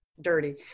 dirty